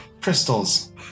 crystals